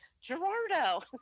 Gerardo